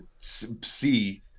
see